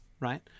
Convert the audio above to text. Right